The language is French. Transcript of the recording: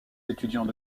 étudiants